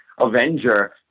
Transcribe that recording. Avenger